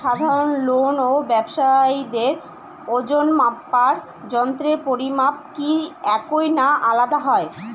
সাধারণ লোক ও ব্যাবসায়ীদের ওজনমাপার যন্ত্রের পরিমাপ কি একই না আলাদা হয়?